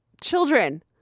Children